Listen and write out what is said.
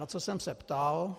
Na co jsem se ptal?